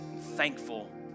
thankful